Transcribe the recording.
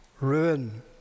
ruin